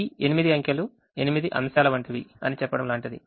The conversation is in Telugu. ఈ 8 అంకెలు 8 అంశాలవంటివి అని చెప్పడం లాంటిది